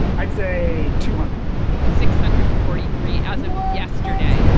i'd say two hundred six hundred and forty three. as of yesterday,